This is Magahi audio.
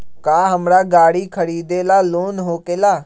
का हमरा गारी खरीदेला लोन होकेला?